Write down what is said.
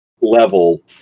level